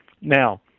Now